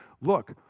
look